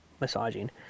massaging